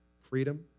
freedom